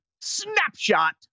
Snapshot